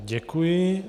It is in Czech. Děkuji.